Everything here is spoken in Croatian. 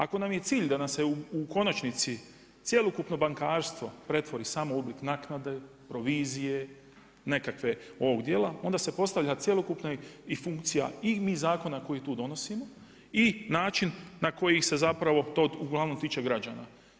Ako nam je cilj da nam se u konačnici cjelokupno bankarstvo pretvori samo u oblik naknade, provizije, nekakve, ovog dijela, onda se postavlja cjelokupna i funkcija i zakona koje mi tu donosimo i način na koji ih se zapravo to uglavnom tiče građana.